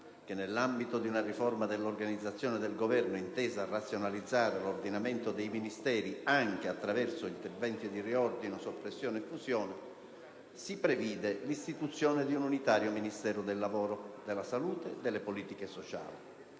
che - nell'ambito di una riforma dell'organizzazione del Governo intesa a razionalizzare l'ordinamento dei Ministeri, anche attraverso interventi di riordino, soppressione e fusione - si previde l'istituzione di un unitario Ministero del lavoro, della salute e delle politiche sociali.